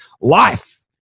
life